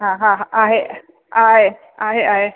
हा हा आहे आहे आहे आहे